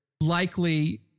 likely